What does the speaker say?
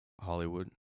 Hollywood